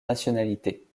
nationalités